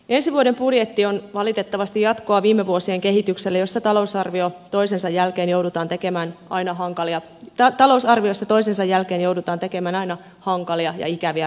ensi vuoden budjetti on valitettavasti jatkoa viime vuosien kehitykselle jossa talousarvion toisensa jälkeen joudutaan tekemään aina hankalia käy talousarviossa toisensa jälkeen joudutaan tekemään aina hankalia ja ikäviä päätöksiä